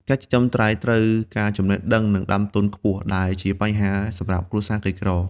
ការចិញ្ចឹមត្រី ត្រូវការចំណេះដឹងនិងដើមទុនខ្ពស់ ដែលជាបញ្ហាសម្រាប់គ្រួសារក្រីក្រ។